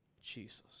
Jesus